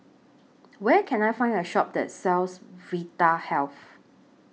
Where Can I Find A Shop that sells Vitahealth